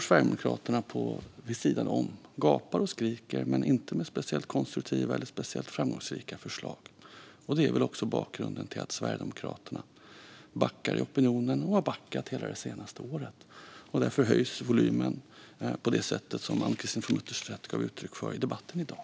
Sverigedemokraterna står vid sidan om. De gapar och skriker, men har inte speciellt konstruktiva eller framgångsrika förslag. Det är väl också bakgrunden till att Sverigedemokraterna backar i opinionen och har backat hela det senaste året. Därför höjs volymen på det sätt som Ann-Christine From Utterstedt gav uttryck för i debatten i dag.